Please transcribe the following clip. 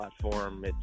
platform